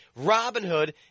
Robinhood